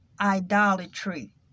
idolatry